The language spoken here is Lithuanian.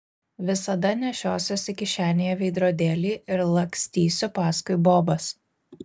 visada nešiosiuosi kišenėje veidrodėlį ir lakstysiu paskui bobas